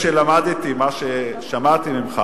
אחרי שלמדתי מה ששמעתי ממך